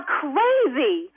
crazy